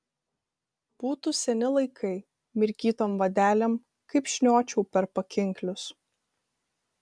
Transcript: būtų seni laikai mirkytom vadelėm kaip šniočiau per pakinklius